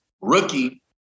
rookie